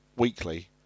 Weekly